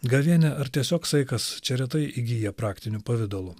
gavėnia ar tiesiog saikas čia retai įgyja praktinių pavidalų